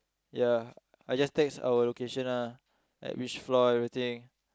ya I just text our location ah like which floor and everything